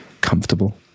comfortable